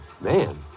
Man